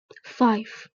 five